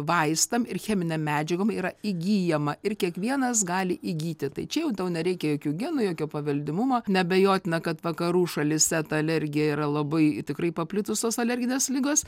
vaistam ir cheminėm medžiagom yra įgyjama ir kiekvienas gali įgyti tai čia jau tau nereikia jokių genų jokio paveldimumo neabejotina kad vakarų šalyse ta alergija yra labai tikrai paplitusios alerginės ligos